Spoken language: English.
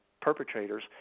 perpetrators